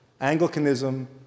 Anglicanism